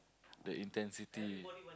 the intensity